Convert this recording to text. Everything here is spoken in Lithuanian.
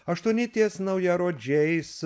aštuoni ties naujarodžiais